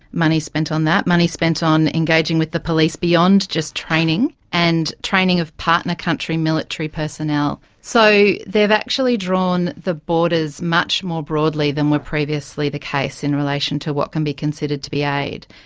money spent on that, money spent on engaging with the police beyond just training, and training of partner country military military personnel. so they have actually drawn the borders much more broadly than were previously the case in relation to what can be considered to be aid.